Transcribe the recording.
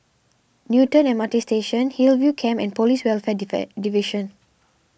Newton M R T Station Hillview Camp and Police Welfare Division